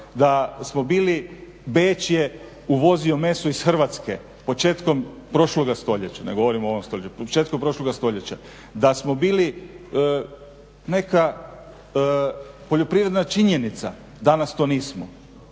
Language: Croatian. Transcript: stoljeća, ne govorim o ovom stoljeću, početkom prošloga stoljeća, da smo bili neka poljoprivredna činjenica, danas to nismo.